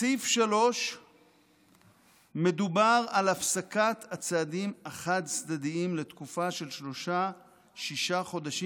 בסעיף 3 מדובר על הפסקת הצעדים החד-צדדיים לתקופה של שישה חודשים,